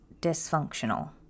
dysfunctional